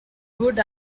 would